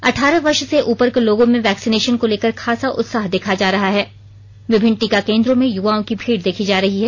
अठारह वर्ष से उपर को लोगों मे वैक्सीनेशन को लेकर खासा उत्साह देखा जा रहा है विभिन्न टीका केंद्रों में युवाओं की भीड़ देखी जा रही है